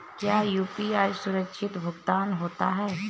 क्या यू.पी.आई सुरक्षित भुगतान होता है?